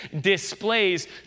displays